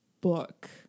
book